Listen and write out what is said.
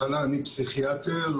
אני פסיכיאטר,